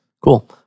Cool